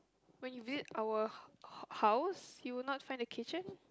when you visit our ha~ hou~ house you will not find the kitchen